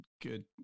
good